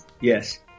yes